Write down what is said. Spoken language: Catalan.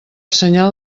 senyal